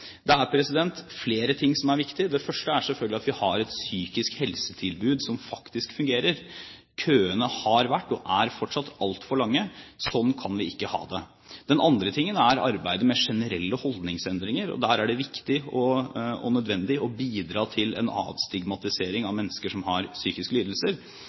Det er flere ting som er viktig. Det første er selvfølgelig at vi har et psykisk helsetilbud som faktisk fungerer. Køene har vært og er fortsatt altfor lange. Slik kan vi ikke ha det. Det andre er arbeidet med generelle holdningsendringer. Der er det viktig og nødvendig å bidra til en avstigmatisering av mennesker som har psykiske lidelser.